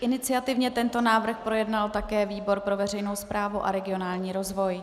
Iniciativně tento návrh projednal také výbor pro veřejnou správu a regionální rozvoj.